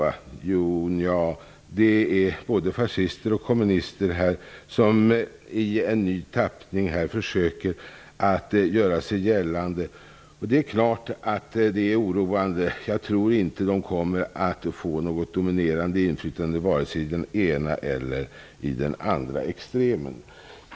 Carl Bildt svarar då: Nja, det är både fascister och kommunister som i en ny tappning försöker att göra sig gällande. Det är klart att det är oroande. Jag tror inte att de kommer att få något dominerande inflytande vare sig i den ena eller i den andra extremen.